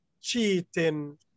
cheating